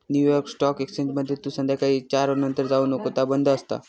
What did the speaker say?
new York stock एक्सचेंजमध्ये तू संध्याकाळी चार नंतर जाऊ नको ता बंद असता